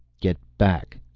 get back!